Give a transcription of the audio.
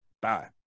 bye